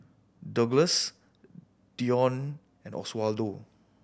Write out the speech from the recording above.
Douglass Dionne and Oswaldo